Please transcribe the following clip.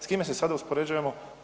S kime se sada uspoređujemo?